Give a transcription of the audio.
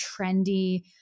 trendy